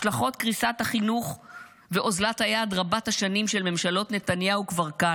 השלכות קריסת החינוך ואוזלת היד רבת השנים של ממשלות נתניהו כבר כאן,